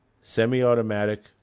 semi-automatic